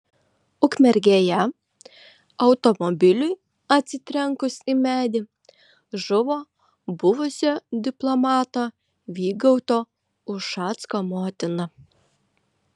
ukmergėje automobiliui atsitrenkus į medį žuvo buvusio diplomato vygaudo ušacko motina